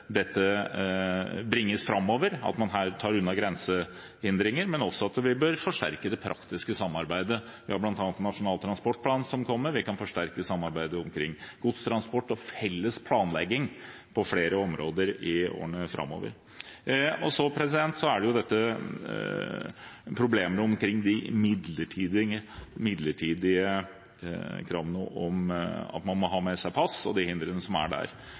dette bringes framover, at man her tar unna grensehindre, men vi bør også forsterke det praktiske samarbeidet, ved bl.a. Nasjonal transportplan, som kommer, vi kan forsterke samarbeidet omkring godstransport og felles planlegging på flere områder i årene framover. Så er det problemene omkring de midlertidige kravene om å ha med seg pass og de hindrene som er der.